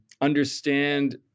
understand